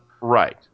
Right